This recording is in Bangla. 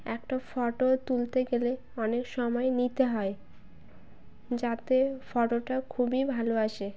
একটা ফটো তুলতে গেলে অনেক সময় নিতে হয় যাতে ফটোটা খুবই ভালো আসে